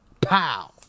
pow